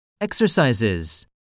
Exercises